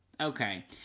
Okay